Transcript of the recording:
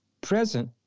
present